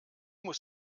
muss